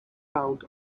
found